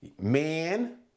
Man